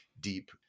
deep